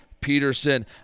Peterson